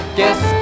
Guess